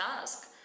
ask